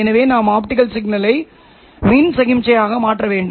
எனவே நான் ஆப்டிகலை மின் சமிக்ஞையாக மாற்ற வேண்டும்